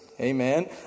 Amen